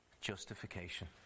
justification